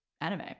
anime